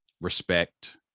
respect